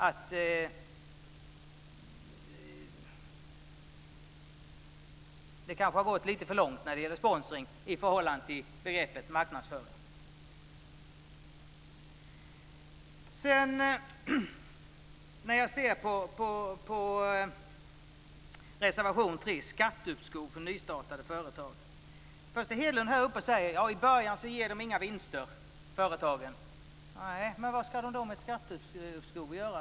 Det har kanske gått lite för långt när det gäller sponsring i förhållande till begreppet marknadsföring. Sedan har vi reservation 3 om skatteuppskov för nystartade företag. Först säger Hedlund att företagen inte ger några vinster i början. Men vad ska de då med ett skatteuppskov till?